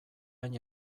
hain